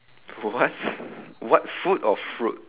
what what food or fruit